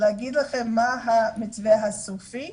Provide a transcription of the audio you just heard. להגיד לכם מה המתווה הסופי,